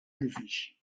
edifici